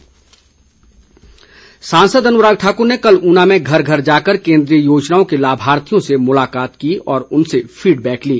अनुराग सांसद अनुराग ठाकुर ने कल ऊना में घर घर जाकर केन्द्रीय योजनाओं के लाभार्थियों से मुलाकात की और उनसे फीडबैक ली